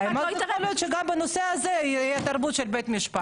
יכול להיות שגם בנושא הזה תהיה התערבות של בית משפט.